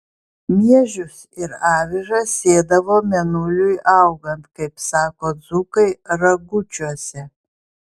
miežius ir avižas sėdavo mėnuliui augant kaip sako dzūkai ragučiuose